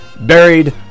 buried